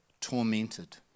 tormented